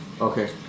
okay